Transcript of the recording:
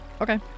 Okay